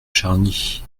charny